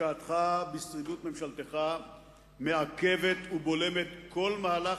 השקעתך בשרידות ממשלתך מעכבת ובולמת כל מהלך